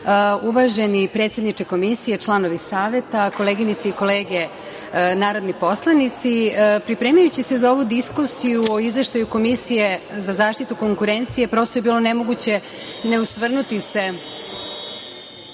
ima. Uvaženi predsedniče Komisije, članovi Saveta, koleginice i kolege narodni poslanici, pripremajući se za ovu diskusiju o izveštaju Komisije za zaštitu konkurencije prosto je bilo nemoguće ne osvrnuti se